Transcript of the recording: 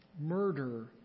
murder